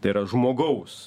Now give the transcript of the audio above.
tai yra žmogaus